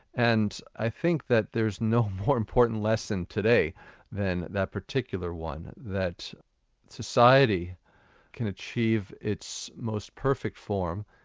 and i think that there's no more important lesson today than that particular one that society can achieve its most perfect form,